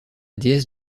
déesse